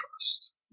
trust